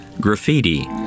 graffiti